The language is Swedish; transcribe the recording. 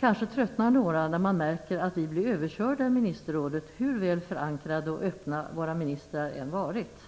Kanske tröttnar några när de märker att vi blir överkörda i ministerrådet, hur väl förankrade och öppna våra ministrar än varit.